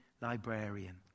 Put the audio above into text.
librarian